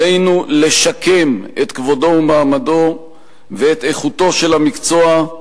עלינו לשקם את כבודו ומעמדו ואת איכותו של המקצוע,